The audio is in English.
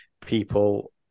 people